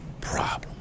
problem